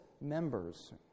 members